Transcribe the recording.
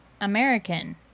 American